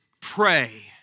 pray